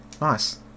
Nice